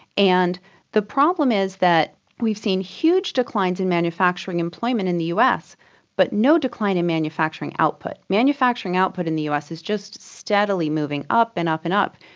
and the problem is that we've seen huge declines in manufacturing employment in the us but no decline in manufacturing output. manufacturing output in the us is just steadily moving up and up and up,